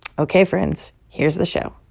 ok, friends. here's the show